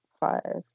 Five